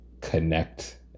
connect